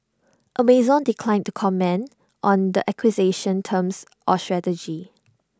Amazon declined to comment on the acquisition's terms or strategy